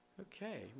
Okay